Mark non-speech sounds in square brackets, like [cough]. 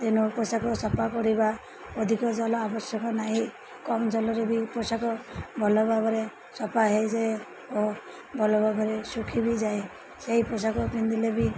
[unintelligible] ପୋଷାକ ସଫା କରିବା ଅଧିକ ଜଲ ଆବଶ୍ୟକ ନାହିଁ କମ୍ ଜଲରେ ବି ପୋଷାକ ଭଲ ଭାବରେ ସଫା ହେଇଯାଏ ଓ ଭଲ ଭାବରେ ଶୁଖି ବିି ଯାଏ ସେଇ ପୋଷାକ ପିନ୍ଧିଲେ ବି